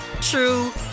true